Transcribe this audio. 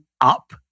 up